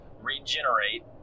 regenerate